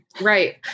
Right